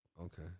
Okay